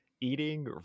eating